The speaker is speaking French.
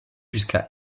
jusqu’à